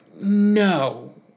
No